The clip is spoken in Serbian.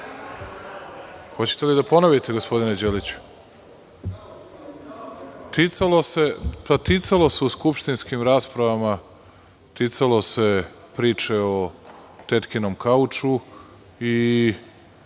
Hoćete li da ponovite, gospodine Đeliću? Ticalo se u skupštinskim raspravama priče o tetkinom kauču i